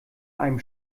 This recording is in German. einem